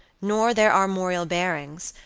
nor their armorial bearings,